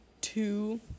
two